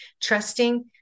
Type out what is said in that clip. trusting